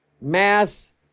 mass